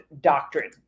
doctrine